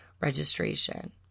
registration